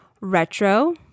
retro